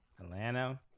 Atlanta